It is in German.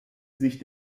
sich